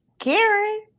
Karen